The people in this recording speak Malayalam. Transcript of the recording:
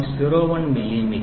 01 മില്ലിമീറ്റർ